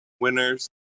winners